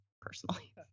personally